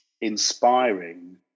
inspiring